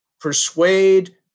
persuade